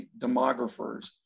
demographers